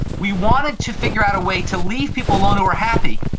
we wanted to figure out a way to leave people alone who were happy,